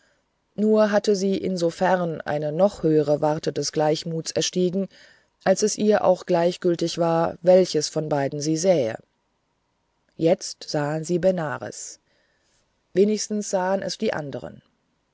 nur hatte sie insofern eine noch höhere warte des gleichmuts erstiegen als es ihr auch gleichgültig war welches von beiden sie sähe jetzt sah sie benares wenigstens sahen es die anderen